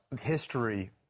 History